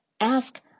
Ask